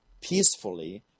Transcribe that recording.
peacefully